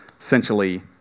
essentially